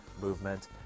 movement